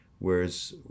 Whereas